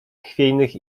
chwiejnych